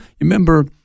remember